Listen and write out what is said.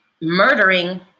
murdering